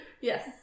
Yes